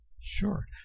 Sure